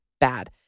bad